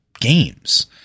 games